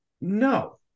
No